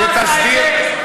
שתסדיר,